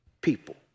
people